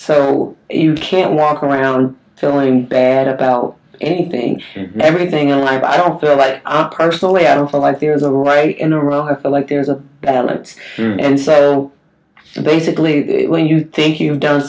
so you can't walk around feeling bad about anything and everything and i don't feel like i personally i don't feel like there's a right in a row like there's a balance and so basically when you think you've done